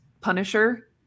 punisher